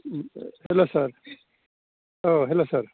हेल' सार औ हेल' सार